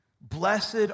Blessed